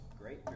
great